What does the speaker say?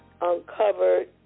uncovered